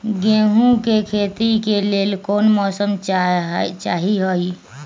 गेंहू के खेती के लेल कोन मौसम चाही अई?